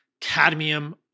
cadmium